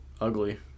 ugly